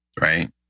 Right